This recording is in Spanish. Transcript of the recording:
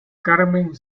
carmen